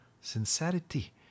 sincerity